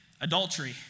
adultery